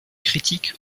critiques